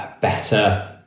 better